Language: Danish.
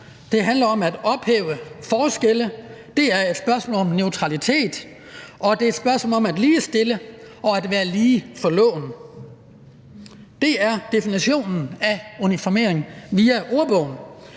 det handler om at ophæve forskelle, det er et spørgsmål om neutralitet, og det er et spørgsmål om at ligestille og at være lige for loven. Det er definitionen af uniformering ifølge ordbogen.